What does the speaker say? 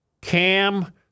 Cam